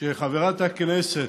כשחברת הכנסת,